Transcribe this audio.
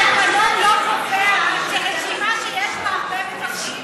התקנון לא קובע שרשימה שיש בה הרבה מבקשים,